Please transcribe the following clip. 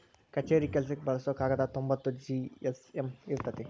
ಕಛೇರಿ ಕೆಲಸಕ್ಕ ಬಳಸು ಕಾಗದಾ ತೊಂಬತ್ತ ಜಿ.ಎಸ್.ಎಮ್ ಇರತತಿ